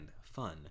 fun